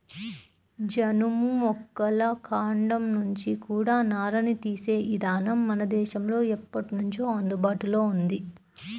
జనుము మొక్కల కాండం నుంచి కూడా నారని తీసే ఇదానం మన దేశంలో ఎప్పట్నుంచో అందుబాటులో ఉంది